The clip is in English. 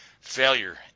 failure